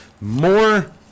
more